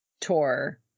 tour